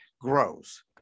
grows